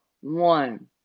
one